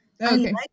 Okay